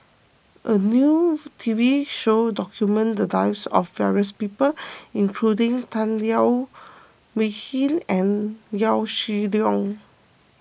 a new T V show documented the lives of various people including Tan Leo Wee Hin and Yaw Shin Leong